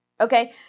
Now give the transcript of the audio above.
Okay